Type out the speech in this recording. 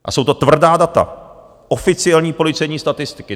A jsou to tvrdá data, oficiální policejní statistiky.